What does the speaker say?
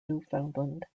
newfoundland